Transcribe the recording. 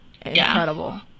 Incredible